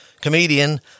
comedian